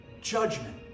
judgment